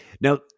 now